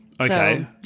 Okay